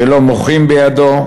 ולא מוחים בידו,